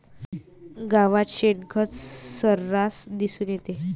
गावात शेणखत सर्रास दिसून येते